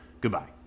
Goodbye